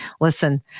listen